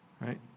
right